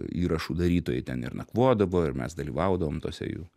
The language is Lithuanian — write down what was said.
įrašų darytojai ten ir nakvodavo ir mes dalyvaudavom tuose jų